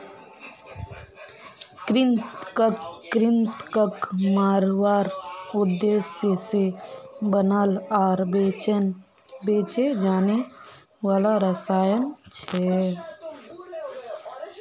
कृंतक कृन्तकक मारवार उद्देश्य से बनाल आर बेचे जाने वाला रसायन छे